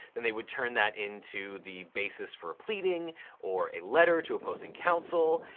then they would turn that into the basis for a pleading or a letter to opposing counsel.